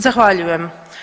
Zahvaljujem.